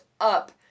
up